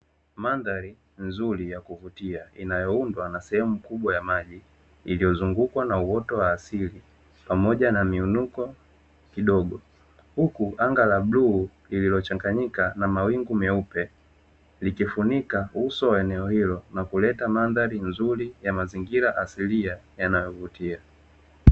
Mandhari nzuri ya kuvutia inayoundwa na sehemu kubwa ya maji iliyozungukwa na uoto wa asili pamoja na miinuko kidogo, huku anga la bluu lililochanganyika na mawingu meupe likifunika uso wa eneo hilo na kuleta mandhari nzuri ya mazingira asilia yanayovutia.